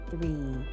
three